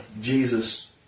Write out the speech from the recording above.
Jesus